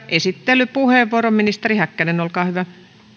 esittelypuheenvuoro ministeri häkkänen olkaa hyvä